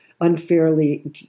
unfairly